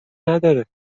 نداره